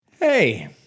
Hey